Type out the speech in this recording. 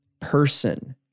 person